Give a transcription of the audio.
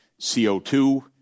CO2